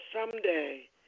someday